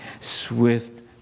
swift